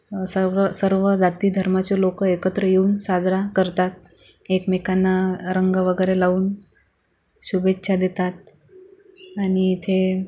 सर्व सर्व जाती धर्माचे लोक एकत्र येऊन साजरा करतात एकमेकांना रंग वगैरे लावून शुभेच्छा देतात आणि इथे